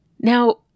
Now